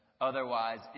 otherwise